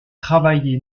travaillé